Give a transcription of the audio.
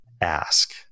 ask